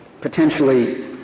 potentially